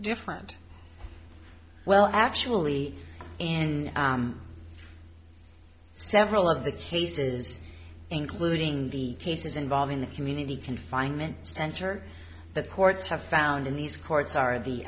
different well actually and several of the cases including the cases involving the community confinement center that courts have found in these courts are the